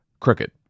CROOKED